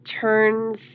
turns